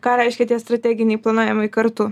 ką reiškia tie strateginiai planavimai kartu